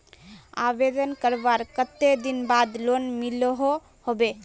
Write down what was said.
आवेदन करवार कते दिन बाद लोन मिलोहो होबे?